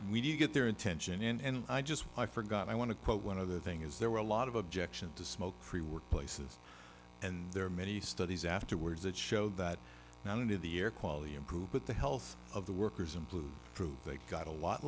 we do get their attention and i just i forgot i want to quote one other thing is there were a lot of objection to smoke free workplaces and there are many studies afterwards that showed that none of the air quality improved with the health of the workers and blew through they got a lot